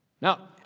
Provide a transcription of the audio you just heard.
Now